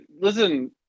listen